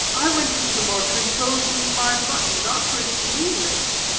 i went into the market and chose me my mutton, not for its leanness,